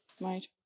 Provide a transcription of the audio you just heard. Right